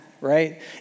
right